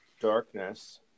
darkness